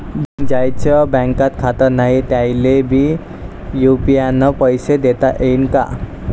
ज्याईचं बँकेत खातं नाय त्याईले बी यू.पी.आय न पैसे देताघेता येईन काय?